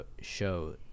show